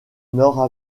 nord